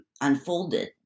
unfolded